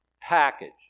package